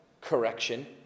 correction